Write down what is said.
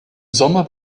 sommer